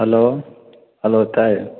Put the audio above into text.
hello hello ꯇꯥꯏꯌꯦ